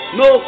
no